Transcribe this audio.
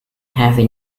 heavy